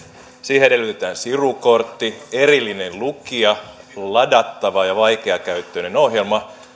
siihen edellytetään sirukortti erillinen lukija ladattava ja vaikeakäyttöinen ohjelma